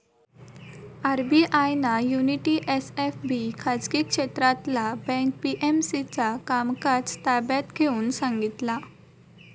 RBI ना Unity SFB खाजगी क्षेत्रातला बँक पी.एम.सी चा कामकाज ताब्यात घेऊन सांगितला